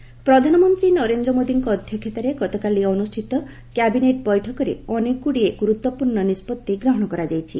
cabinet ବୈଠକ ପ୍ରଧାନମନ୍ତ୍ରୀ ନରେନ୍ଦ ମୋଦୀଙ୍କ ଅଧ୍ୟକ୍ଷତାରେ ଗତକାଲି ଅନୁଷ୍ଠିତ କ୍ୟାବିନେଟ୍ ବୈଠକରେ ଅନେଗୁଡ଼ିଏ ଗୁରୁତ୍ୱପୂର୍ଣ୍ଣ ନିଷ୍ପତ୍ତି ଗ୍ରହଣ କରାଯାଇଛି